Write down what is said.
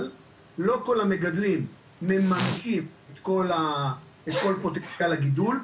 אבל לא כל המגדלים מממשים את כל פוטנציאל הגידול,